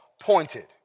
pointed